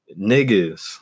niggas